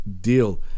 deal